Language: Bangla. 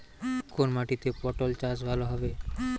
কোন মাটিতে পটল চাষ ভালো হবে?